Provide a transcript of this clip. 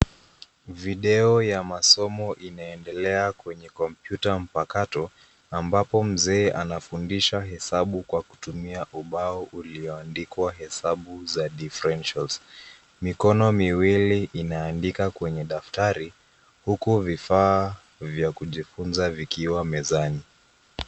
Video ya masomo inaendelea kwenye kompyuta mpakato ambapo mzee anafundisha hesabu kwa kutumia ubao ulioandikwa hesabu za differentials . Mikono miwili inaandika kwenye daftari huku vifaa vya kujifunza vikiwa mezani.